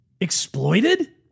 exploited